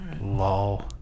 Lol